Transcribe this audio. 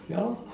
ya lor